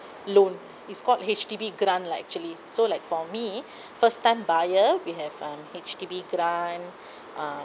loan is called H_D_B grant lah actually so like for me first time buyer we have um H_D_B grant uh